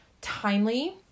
timely